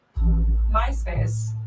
MySpace